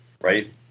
right